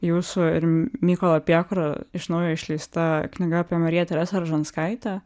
jūsų ir mykolo piekuro iš naujo išleista knyga apie mariją teresą ražanskaitę